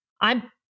I'm-